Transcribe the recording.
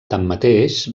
tanmateix